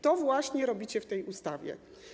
To właśnie robicie w tej ustawie.